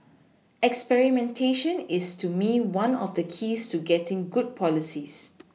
experimentation is to me one of the keys to getting good policies